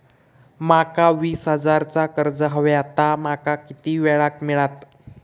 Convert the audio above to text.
माका वीस हजार चा कर्ज हव्या ता माका किती वेळा क मिळात?